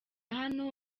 hano